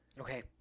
Okay